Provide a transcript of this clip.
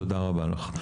תודה רבה לך.